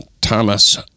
Thomas